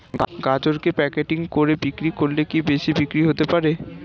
গাজরকে প্যাকেটিং করে বিক্রি করলে কি বেশি বিক্রি হতে পারে?